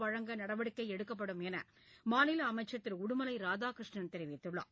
சின்னதம்பி யானையால் நடவடிக்கை எடுக்கப்படும் என்று மாநில அமைச்சர் திரு உடுமலை ராதாகிருஷ்ணன் தெரிவித்துள்ளார்